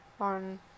on